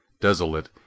desolate